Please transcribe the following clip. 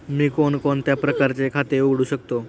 मी कोणकोणत्या प्रकारचे खाते उघडू शकतो?